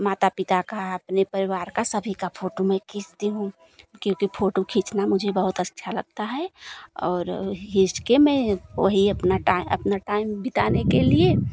माता पीता की अपने परिवार की सभी की फोटो मैं खींचती हूँ क्योंकि फोटो खींचना मुझे बहुत अच्छा लगता है और खींच के मैं वही अपना टाय अपना टाइम बिताने के लिए